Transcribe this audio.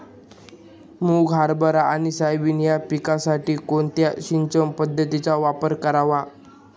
मुग, हरभरा आणि सोयाबीन या पिकासाठी कोणत्या सिंचन पद्धतीचा वापर करावा?